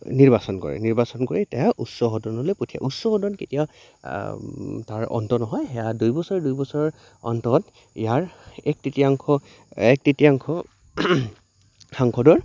নিৰ্বাচন কৰে নিৰ্বাচন কৰি তেওঁ উচ্চ সদনলৈ পঠিয়া উচ্চ সদন কেতিয়া তাৰ অন্ত নহয় সেয়া দুইবছৰ দুইবছৰ অন্তত ইয়াৰ এক তৃতীয়াংশ এক তৃতীয়াংশ সাংসদৰ